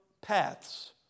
paths